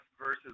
versus